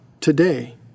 today